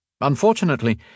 Unfortunately